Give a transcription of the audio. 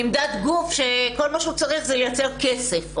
נמדד גוף שכל מה שהוא צריך זה לייצר כסף.